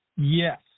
Yes